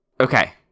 Okay